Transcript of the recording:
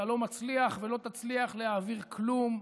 אתה לא מצליח ולא תצליח להעביר כלום.